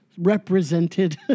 represented